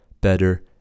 better